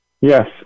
Yes